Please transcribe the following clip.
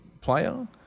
player